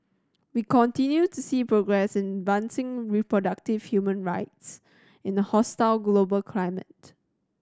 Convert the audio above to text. we continue to see progress in advancing reproductive human rights in a hostile global climate